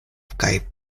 kaj